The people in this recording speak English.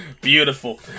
Beautiful